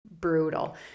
brutal